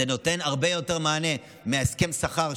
זה נותן הרבה יותר מענה מהסכם השכר,